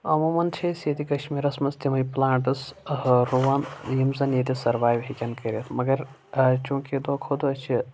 عموٗمَن چھِ أسۍ ییٚتہِ کشمیٖرَس منٛز تِمٕے پٔلانٹٕس رُوان یِم زَن ییٚتہِ سٔروایو ہٮ۪کن کٔرِتھ مگر چوٗںٛکہ دۄہ کھۄ دۄہ چھِ